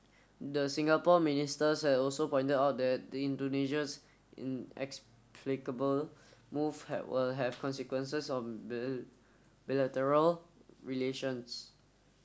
the Singapore ministers had also pointed out that the Indonesia's inexplicable move had will have consequences of bilateral relations